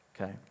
Okay